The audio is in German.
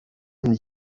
und